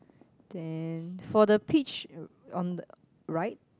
then for the peach on right